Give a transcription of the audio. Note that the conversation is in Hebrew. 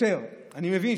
אני מבין,